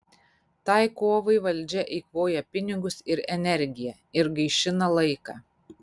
tai kovai valdžia eikvoja pinigus ir energiją ir gaišina laiką